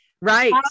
Right